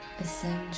essential